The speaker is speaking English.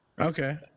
Okay